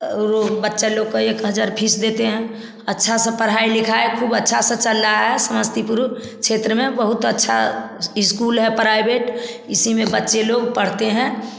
और बच्चे लोग का एक हज़ार फीस देते हैं अच्छा सा पढ़ाई लिखाई खूब अच्छा सा चल रहा है समस्तीपुर क्षेत्र में बहुत अच्छा स्कूल है प्राइवेट इसी में बच्चे लोग पढ़ते हैं